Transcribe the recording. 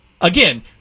again